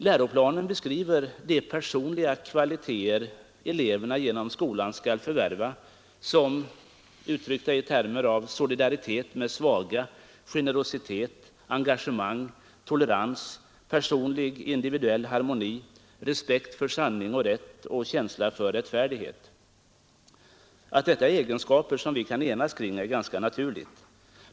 Läroplanen beskriver de personliga kvaliteter eleverna genom skolan skall förvärva i termer som solidaritet med svaga, generositet, engagemang, tolerans, personlig individuell harmoni, respekt för sanning och rätt och känsla för rättfärdighet. Att detta är egenskaper som vi kan enas kring är ganska naturligt.